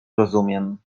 rozumiem